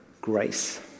grace